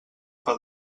per